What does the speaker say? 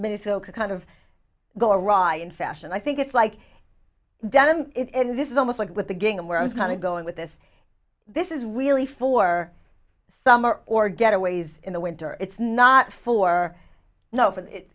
minnesota kind of go a raw in fashion i think it's like denim in this is almost like with the gingham where i was kind of going with this this is really for summer or getaways in the winter it's not for no